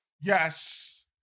yes